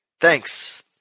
Thanks